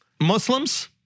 Muslims